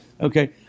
Okay